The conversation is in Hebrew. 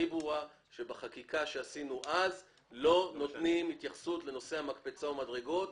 בחקיקה שעשינו אז לא נתנו התייחסות לנושא המקפצה והמדרגות.